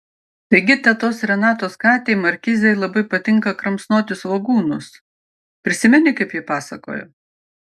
taigi tetos renatos katei markizei labai patinka kramsnoti svogūnus prisimeni kaip ji pasakojo